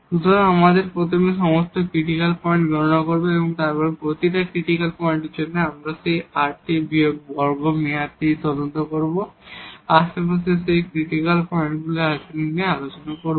সুতরাং আমরা প্রথমে সমস্ত ক্রিটিকাল পয়েন্ট গণনা করব এবং প্রতিটি ক্রিটিকাল পয়েন্টের জন্য আমরা সেই rt বিয়োগের বর্গ টার্মটি খুঁজে বের করব আশেপাশের সেই ক্রিটিকাল পয়েন্টগুলির আচরণ নিয়ে আলোচনা করব